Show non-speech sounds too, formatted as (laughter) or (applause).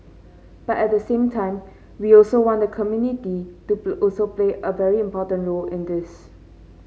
but at the same time we also want the community to (unintelligible) also play a very important role in this